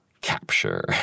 capture